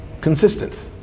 consistent